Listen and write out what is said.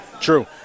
true